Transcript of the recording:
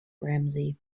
ramsey